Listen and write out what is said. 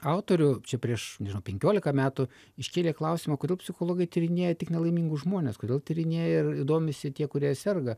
autorių čia prieš penkiolika metų iškėlė klausimą kodėl psichologai tyrinėja tik nelaimingus žmones kodėl tyrinėja ir domisi tie kurie serga